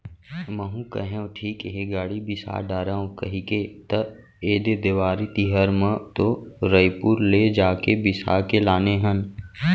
महूँ कहेव ठीक हे गाड़ी बिसा डारव कहिके त ऐदे देवारी तिहर म तो रइपुर ले जाके बिसा के लाने हन